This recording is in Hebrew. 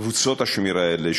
קבוצות השמירה האלה,